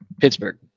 Pittsburgh